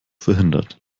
verhindert